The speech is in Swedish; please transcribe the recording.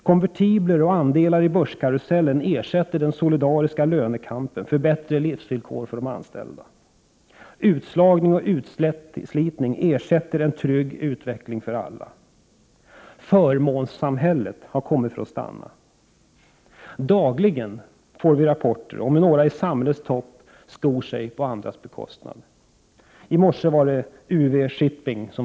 Konvertibler och andelar i börskarusellen ersätter den solidariska lönekampen för bättre livsvillkor för de anställda. Utslagning och utslitning ersätter en trygg utveckling för alla. Förmånssamhället har kommit för att stanna. Dagligen får vi rapporter om hur några i samhällets topp skor Prot. 1988/89:59 sig på andras bekostnad. I morse var UV Shipping på tapeten.